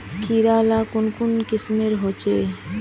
कीड़ा ला कुन कुन किस्मेर होचए?